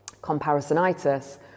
comparisonitis